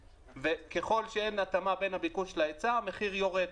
ככל שאין התאמה בין הביקוש להיצע המחיר יורד,